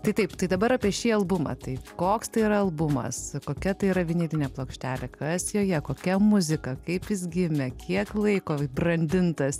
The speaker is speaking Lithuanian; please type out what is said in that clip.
tai taip tai dabar apie šį albumą taip koks tai yra albumas kokia tai yra vinilinė plokštelė kas joje kokia muzika kaip jis gimė kiek laiko brandintas